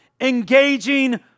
engaging